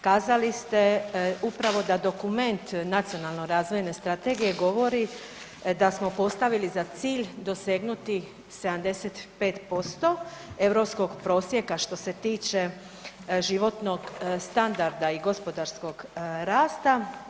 Kazali ste upravo da dokument Nacionalno razvojne strategije govori da smo postavili za cilj dosegnuti 75% europskog prosjeka što se tiče životnog standarda i gospodarskog rasta.